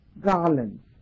garlands